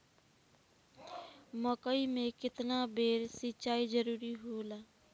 मकई मे केतना बेर सीचाई जरूरी होला?